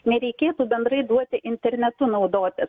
nereikėtų bendrai duoti internetu naudotis